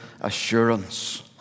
assurance